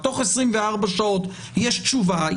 תוך 24 שעות יש תשובה,